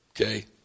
Okay